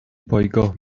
پایگاه